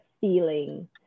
feeling